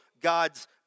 God's